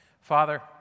Father